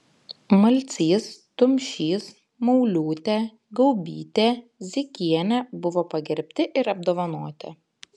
malcys tumšys mauliūtė gaubytė zykienė buvo pagerbti ir apdovanoti